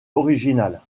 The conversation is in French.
originale